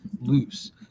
loose